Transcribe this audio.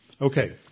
Okay